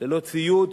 ללא ציוד,